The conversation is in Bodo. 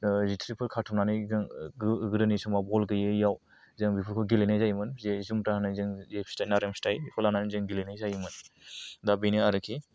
जिथ्रिफोर खाथुमनानै जों गोदोनि समाव बल गैयैयाव जों बिफोरखौ गेलेनाय जायोमोन बियो जुमब्रानो जों बेल फिथाइ नारें फिथाइ बेखौ लानानै जों गेलेनाय जायोमोन दा बिनो आरोखि